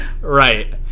right